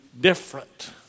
different